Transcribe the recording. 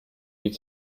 die